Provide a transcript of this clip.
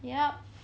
yup